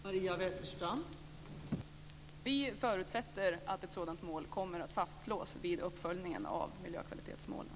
Fru talman! Vi förutsätter att ett sådant mål kommer att fastslås vid uppföljningen av miljökvalitetsmålen.